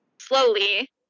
slowly